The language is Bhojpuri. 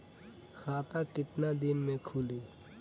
खाता कितना दिन में खुलि?